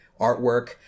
artwork